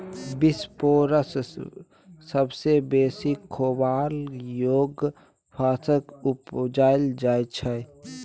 बिसपोरस सबसँ बेसी खेबाक योग्य फंगस उपजाएल जाइ छै